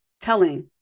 telling